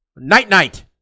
Night-night